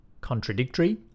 contradictory